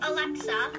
Alexa